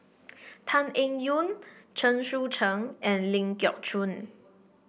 Tan Eng Yoon Chen Sucheng and Ling Geok Choon